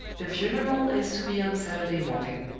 the funeral is to be on saturday morning.